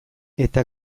eta